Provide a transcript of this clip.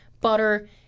butter